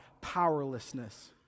powerlessness